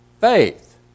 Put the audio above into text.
faith